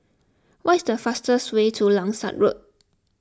what is the fastest way to Langsat Road